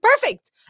perfect